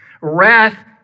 Wrath